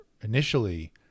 initially